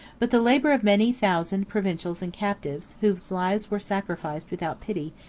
but the labor of many thousand provincials and captives, whose lives were sacrificed without pity,